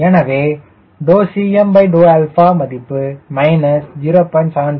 எனவே ∂CM∂ மதிப்பு 0